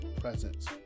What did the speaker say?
presence